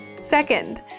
Second